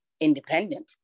independent